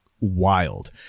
wild